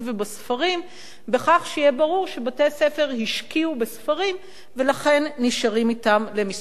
בכך שיהיה ברור שבתי-ספר השקיעו בספרים ולכן נשארים אתם כמה שנים.